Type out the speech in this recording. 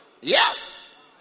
Yes